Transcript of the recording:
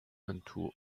unto